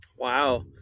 Wow